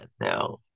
no